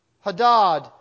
Hadad